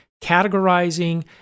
categorizing